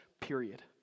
period